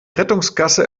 rettungsgasse